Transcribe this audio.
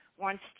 wants